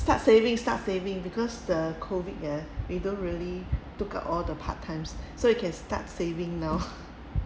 start saving start saving because the COVID ya we don't really took out all the part times so you can start saving now